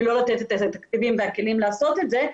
ולא לתת את התקציבים והכלים לעשות את זה,